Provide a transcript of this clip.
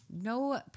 No